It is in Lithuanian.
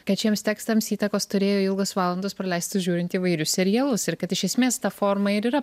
kad šiems tekstams įtakos turėjo ilgos valandos praleistos žiūrint įvairius serialus ir kad iš esmės ta forma ir yra